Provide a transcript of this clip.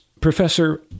professor